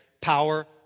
Power